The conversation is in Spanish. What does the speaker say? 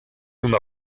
una